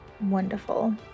wonderful